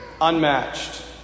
unmatched